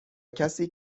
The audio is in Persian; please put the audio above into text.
کسی